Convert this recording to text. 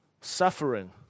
suffering